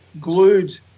glued